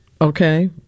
okay